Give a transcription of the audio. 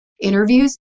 interviews